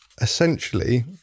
essentially